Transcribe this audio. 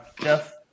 Jeff